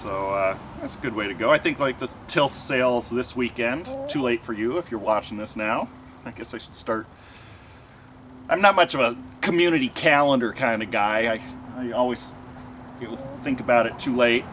it's a good way to go i think like this till sales this weekend too late for you if you're watching this now i guess i should start i'm not much of a community calendar kind of guy i always think about it too late